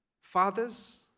fathers